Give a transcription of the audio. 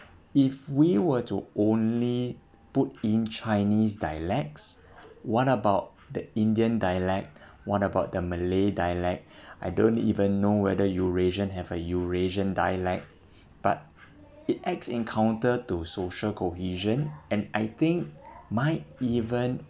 if we were to only put in chinese dialects what about the indian dialect what about the malay dialect I don't even know whether eurasian have a eurasian dialect but it acts in counter to social cohesion and I think might even